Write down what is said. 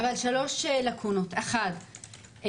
3 לקונות: אחת,